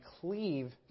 cleave